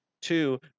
Two